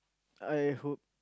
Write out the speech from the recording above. I hope